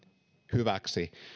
hyväksi